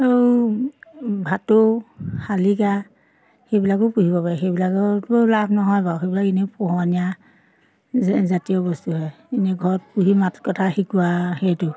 আৰু ভাটৌ শালিকা সেইবিলাকো পুহিব পাৰি সেইবিলাকততো লাভ নহয় বাৰু সেইবিলাক এনেও পোহনীয়া জা জাতীয় বস্তুহে এনে ঘৰত পুহি মাত কথা শিকোৱা সেইটো